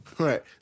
Right